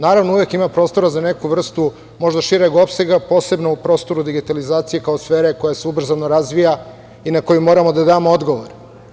Naravno, uvek ima prostora za neku vrstu možda šireg opsega posebno u prostoru digitalizacije kao sfere koja se ubrzano razvija i na koji moramo da damo odgovor.